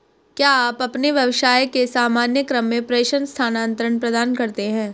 क्या आप अपने व्यवसाय के सामान्य क्रम में प्रेषण स्थानान्तरण प्रदान करते हैं?